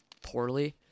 poorly